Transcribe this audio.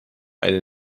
eine